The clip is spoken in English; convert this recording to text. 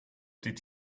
did